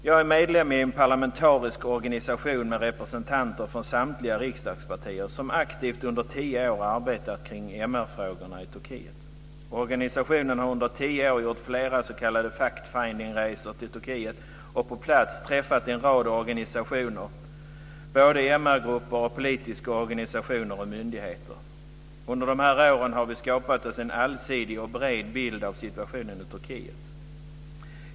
Jag är medlem i en parlamentarisk organisation med representanter för samtliga riksdagspartier och som aktivt under tio år arbetat med frågor om mänskliga rättigheter i Turkiet. Organisationen har under tio år gjort flera s.k. fact findingresor till Turkiet och på plats träffat en rad organisationer, grupper som arbetar med frågor om mänskliga rättigheter, politiska organisationer och myndigheter. Under dessa år har vi skapat oss en allsidig och bred bild av situationen i Turkiet.